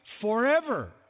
forever